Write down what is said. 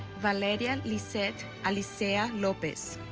valeria lizzette alicea lopez